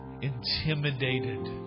intimidated